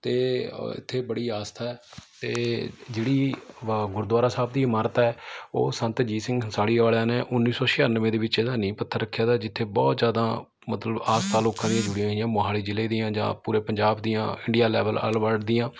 ਅਤੇ ਇੱਥੇ ਬੜੀ ਆਸਥਾ ਹੈ ਅਤੇ ਜਿਹੜੀ ਵਾ ਗੁਰਦੁਆਰਾ ਸਾਹਿਬ ਦੀ ਇਮਾਰਤ ਹੈ ਉਹ ਸੰਤ ਅਜੀਤ ਸਿੰਘ ਹੰਸਾਲੀ ਵਾਲਿਆਂ ਨੇ ਉੱਨੀ ਸੌ ਛਿਆਨਵੇਂ ਦੇ ਵਿੱਚ ਇਹਦਾ ਨੀਂਹ ਪੱਥਰ ਰੱਖਿਆ ਤਾ ਜਿੱਥੇ ਬਹੁਤ ਜ਼ਿਆਦਾ ਮਤਲਬ ਆਸਥਾ ਲੋਕਾਂ ਦੀਆਂ ਜੁੜੀਆਂ ਹੋਈਆਂ ਮੋਹਾਲੀ ਜ਼ਿਲ੍ਹੇ ਦੀਆਂ ਜਾਂ ਪੂਰੇ ਪੰਜਾਬ ਦੀਆਂ ਇੰਡੀਆ ਲੈਵਲ ਆਲ ਵਰਡ ਦੀਆਂ